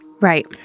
Right